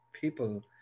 people